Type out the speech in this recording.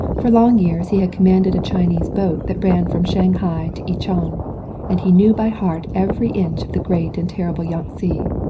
for long years he had commanded a chinese boat that ran from shanghai to ichang and he knew by heart every inch of the great and terrible yangtze.